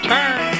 Turn